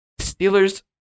Steelers